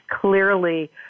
clearly